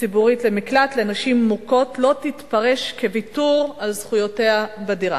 הציבורית למקלט לנשים מוכות לא תתפרש כוויתור על זכויותיה בדירה,